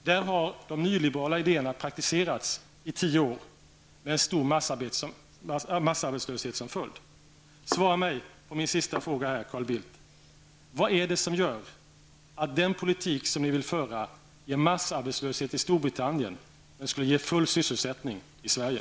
Där har de nyliberala idéerna praktiserats i tio år, med massarbetslöshet som följd. Svara mig på min sista fråga till Carl Bildt: Vad är det som gör att den politik som ni vill föra ger massarbetslöshet i Storbritannien men skulle ge full sysselsättning i Sverige?